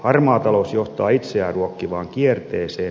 harmaa talous johtaa itseään ruokkivaan kierteeseen